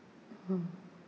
mm